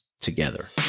together